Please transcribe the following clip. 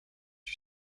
you